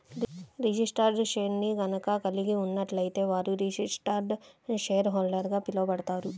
registered షేర్ని గనక కలిగి ఉన్నట్లయితే వారు రిజిస్టర్డ్ షేర్హోల్డర్గా పిలవబడతారు